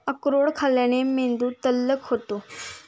अक्रोड खाल्ल्याने मेंदू तल्लख होतो